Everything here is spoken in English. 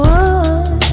one